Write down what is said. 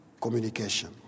communication